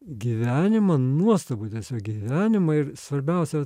gyvenimą nuostabų gyvenimą ir svarbiausia